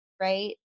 Right